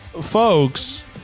folks